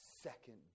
second